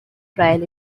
trail